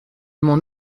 m’en